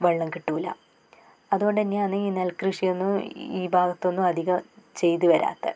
വെള്ളം കിട്ടൂല അതുകൊണ്ട് തന്നെയാണ് ഈ നെല്ല് കൃഷിയൊന്നും ഈ ഭാഗത്തൊന്നും അധികം ചെയ്ത് വരാത്തത്